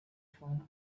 form